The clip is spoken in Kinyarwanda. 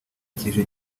kije